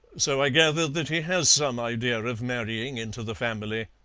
so i gather that he has some idea of marrying into the family.